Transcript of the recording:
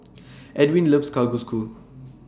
Edwina loves Kalguksu